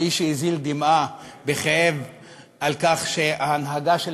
האיש שהזיל דמעה בכאב על כך שההנהגה של